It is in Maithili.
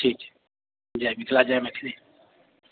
ठीक छै जय मिथिला जय मैथिली